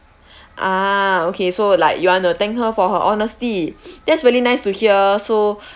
ah okay so like you want to thank her for her honesty that's really nice to hear so